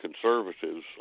conservatives